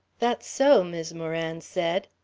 that's so, mis' moran said.